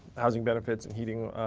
housing benefits and heating